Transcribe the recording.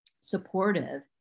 supportive